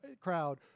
crowd